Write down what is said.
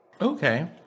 Okay